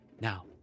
now